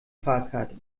fahrkarte